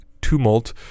tumult